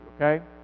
okay